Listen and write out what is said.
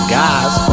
guys